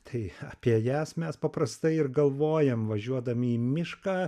tai apie jas mes paprastai ir galvojam važiuodami į mišką